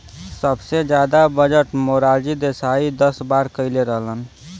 सबसे जादा बजट मोरारजी देसाई दस बार कईले रहलन